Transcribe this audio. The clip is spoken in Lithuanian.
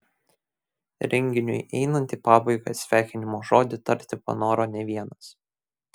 renginiui einant į pabaigą sveikinimo žodį tarti panoro ne vienas